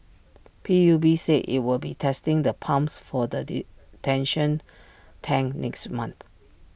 P U B said IT will be testing the pumps for the detention tank next month